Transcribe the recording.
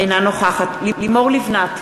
אינה נוכחת לימור לבנת,